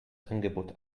angebot